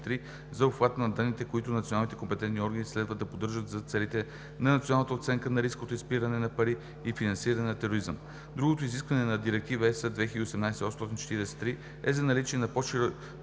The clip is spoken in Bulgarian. за обхвата на данните, които националните компетентни органи следва да поддържат за целите на националната оценка на риска от изпиране на пари и финансиране на тероризъм. Друго изискване на Директива ЕС 2018/843 е за наличие на по-широки